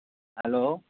hello